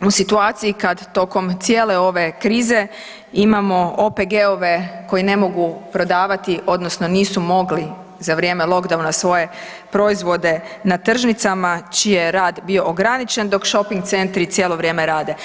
u situaciji kad tokom cijele ove krize imamo OPG-ove koji ne mogu prodavati odnosno nisu mogli za vrijeme lockdowna svoje proizvodne na tržnicama čiji je rad bio ograničen dok šoping centri cijelo vrijeme rade.